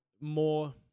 more